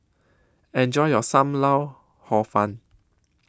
Enjoy your SAM Lau Hor Fun